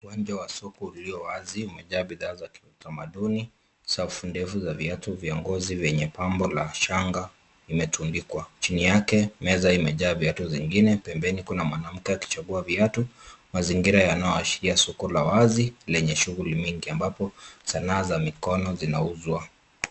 Uwanja wa soko lililo wazi limejaa bidhaa za kitamaduni. Safu ndefu za viatu vya ngozi vyenye pambo la shanga limetundikwa. Chini yake, meza imejaa viatu zingine. Pembeni kuna mwanamke akichagua viatu. Mazingira yanayoashiria soko la wazi lenya shughuli mingi ambapo sanaa za mikono zinauzwa.